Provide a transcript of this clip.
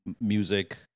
music